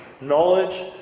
knowledge